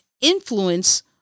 influence